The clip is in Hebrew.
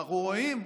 אנחנו רואים,